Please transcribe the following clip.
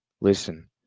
Listen